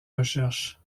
recherche